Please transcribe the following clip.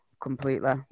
completely